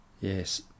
yes